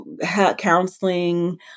counseling